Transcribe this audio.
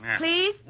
Please